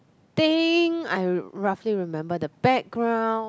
think I roughly remember the background